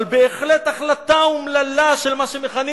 אבל בהחלט החלטה אומללה של מה שמכנים